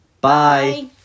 Bye